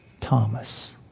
Thomas